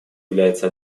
является